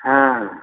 ହଁ